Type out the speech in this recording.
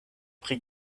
pri